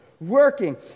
working